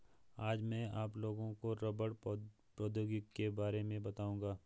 आज मैं आप लोगों को रबड़ प्रौद्योगिकी के बारे में बताउंगा